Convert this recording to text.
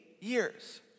years